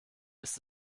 ist